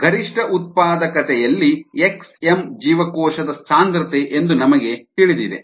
ಗರಿಷ್ಠ ಉತ್ಪಾದಕತೆಯಲ್ಲಿ x m ಜೀವಕೋಶದ ಸಾಂದ್ರತೆ ಎಂದು ನಮಗೆ ತಿಳಿದಿದೆ